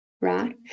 right